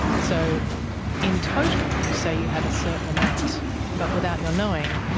so in total you say you have a certain amount but without your knowing,